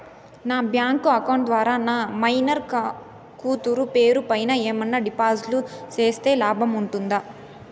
నా bank account ద్వారా నా మైనర్ కూతురు పేరు పైన ఏమన్నా డిపాజిట్లు సేస్తే లాభం ఉంటుందా?